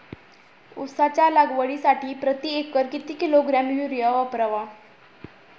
उसाच्या लागवडीसाठी प्रति एकर किती किलोग्रॅम युरिया वापरावा?